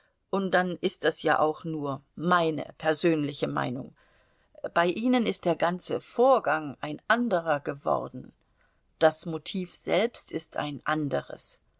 und dann ist das ja auch nur meine persönliche meinung bei ihnen ist der ganze vorgang ein anderer geworden das motiv selbst ist ein anderes